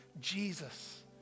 Jesus